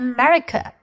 America